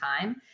time